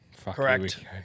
Correct